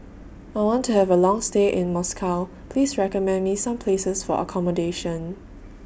I want to Have A Long stay in Moscow Please recommend Me Some Places For accommodation